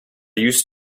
used